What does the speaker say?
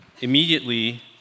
Immediately